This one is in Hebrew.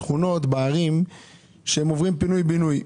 יש שכונות בערים שהם עוברים פינוי בינוי.